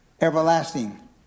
everlasting